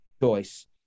choice